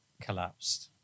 collapsed